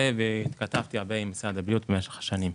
כתבתי הרבה למשרד הבריאות במשך השנים.